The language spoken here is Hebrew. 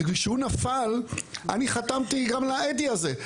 כשהוא נפל אני חתמתי גם לאדי הזה.